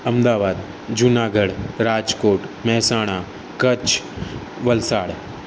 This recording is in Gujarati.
અમદાવાદ જૂનાગઢ રાજકોટ મહેસાણા કચ્છ વલસાડ